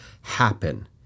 happen